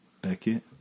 Beckett